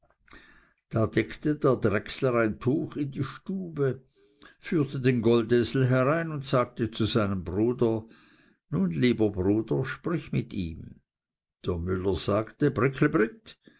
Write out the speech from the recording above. da deckte der drechsler ein tuch in die stube führte den goldesel herein und sagte zu seinem bruder nun lieber bruder sprich mit ihm der müller sagte